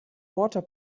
water